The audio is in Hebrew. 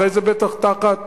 אחרי זה בטח תחת